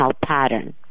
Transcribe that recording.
pattern